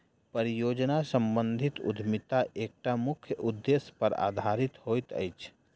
परियोजना सम्बंधित उद्यमिता एकटा मुख्य उदेश्य पर आधारित होइत अछि